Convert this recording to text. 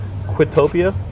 Quitopia